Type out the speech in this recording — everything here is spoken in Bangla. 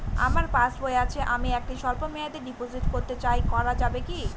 আমার পাসবই আছে আমি একটি স্বল্পমেয়াদি ডিপোজিট করতে চাই করা যাবে কি?